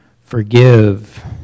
forgive